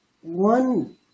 one